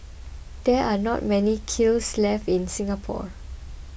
there are not many kilns left in Singapore